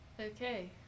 Okay